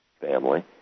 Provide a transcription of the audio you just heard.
family